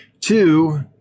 Two